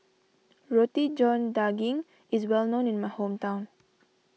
Roti John Daging is well known in my hometown